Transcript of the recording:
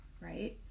right